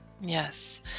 Yes